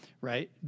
Right